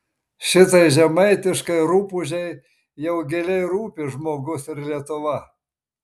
šitai žemaitiškai rupūžei jau giliai rūpi žmogus ir lietuva